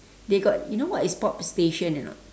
they got you know what is pop station or not